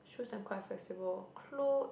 shoes I am quite flexible cloth